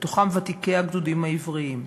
ובתוכם ותיקי הגדודים העבריים,